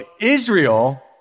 Israel